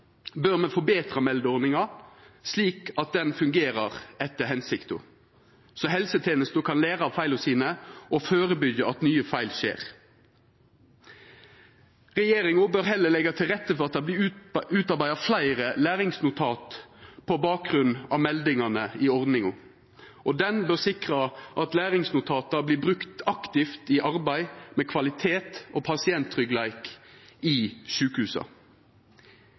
bør me forbetra meldeordninga, slik at ho fungerer etter hensikta, så helsetenesta kan læra av feila sine og førebyggja at nye feil skjer. Regjeringa bør heller leggja til rette for at det vert utarbeidd fleire læringsnotat på bakgrunn av meldingane i ordninga, og ein bør sikra at læringsnotata vert brukte aktivt i arbeidet med kvalitet og pasienttryggleik i sjukehusa.